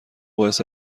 باعث